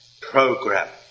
program